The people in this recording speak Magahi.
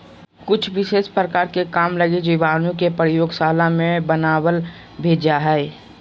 कुछ विशेष प्रकार के काम लगी जीवाणु के प्रयोगशाला मे बनावल भी जा हय